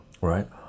right